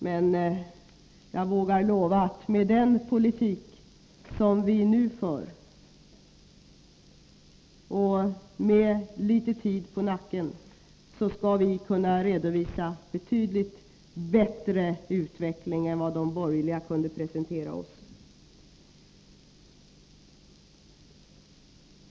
Men jag vågar lova att vi med den politik som nu förs och med litet tid på nacken skall kunna redovisa en betydligt bättre utveckling än vad de borgerliga kunde presentera för oss.